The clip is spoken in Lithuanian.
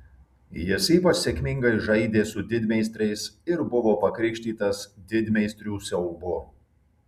jis ypač sėkmingai žaidė su didmeistriais ir buvo pakrikštytas didmeistrių siaubu